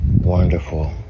wonderful